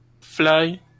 Fly